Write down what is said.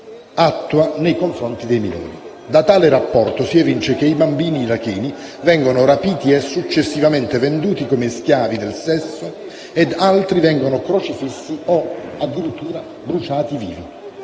attua nei confronti di minori. Da tale rapporto si evince che i bambini iracheni vengono rapiti e successivamente venduti come schiavi del sesso ed altri vengono crocifissi o addirittura bruciati vivi.